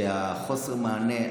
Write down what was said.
שחוסר המענה,